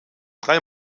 drei